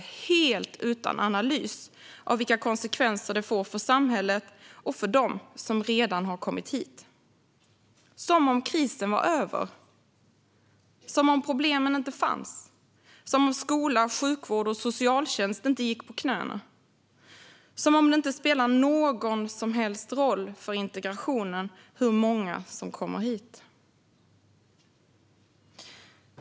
Det gör man utan att ha gjort en analys av vilka konsekvenser det får för samhället och för dem som redan har kommit hit. Det är som om krisen var över. Det är som om problemen inte fanns. Det är som om skola, sjukvård och socialtjänst inte gick på knäna. Det är som om det inte spelade någon som helst roll för integrationen hur många som kommer hit.